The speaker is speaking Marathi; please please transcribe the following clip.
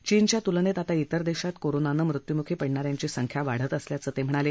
चीनच्या तुलनेत आता त्रेर देशात कोरोनानं मृत्युमुछी पडणा यांची संख्या वाढत असल्याचंही ते म्हणाले